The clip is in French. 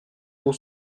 pour